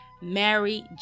mary